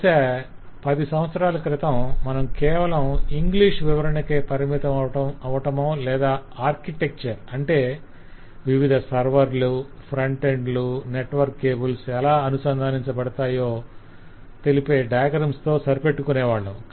బహుశ 5 సంవత్సరాల క్రితం మనం కేవలం ఇంగ్లీష్ వివరణకే పరిమితమవటమో లేదా ఆర్కిటెక్చర్ - అంటే వివిధ సర్వర్లు ఫ్రంట్ ఎండ్ లు నెట్వర్క్ కేబల్స్ ఎలా అనుసంధానించబడతాయో తెలిపే డయాగ్రమ్స్ తో సరిపెట్టుకొనే వాళ్ళం